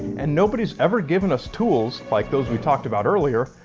and nobody's ever given us tools, like those we talked about earlier,